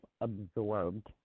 absorbed